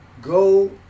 Go